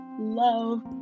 love